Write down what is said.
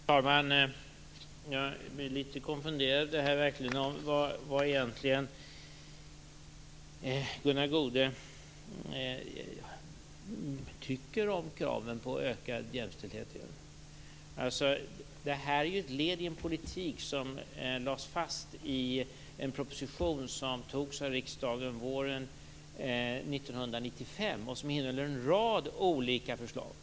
Fru talman! Jag blev litet konfunderad över vad Gunnar Goude egentligen tycker om kraven på ökad jämställdhet. Det här är ett led i en politik som lades fast i en proposition som antogs av riksdagen våren 1995 och som innehåller en rad olika förslag.